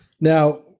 Now